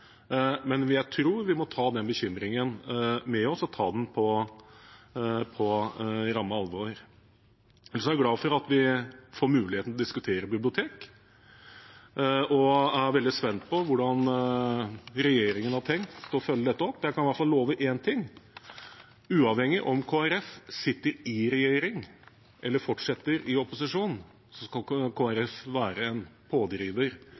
men jeg tror vi må ta den bekymringen med oss og på ramme alvor. Ellers vil jeg si at jeg er glad for at vi får muligheten til å diskutere bibliotekene, og jeg er veldig spent på hvordan regjeringen har tenkt å følge dette opp. Jeg kan i hvert fall love én ting: Uavhengig av om Kristelig Folkeparti sitter i regjering eller fortsetter i opposisjon, skal vi være en pådriver